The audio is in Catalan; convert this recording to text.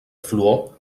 fluor